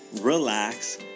relax